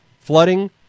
flooding